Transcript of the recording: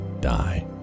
die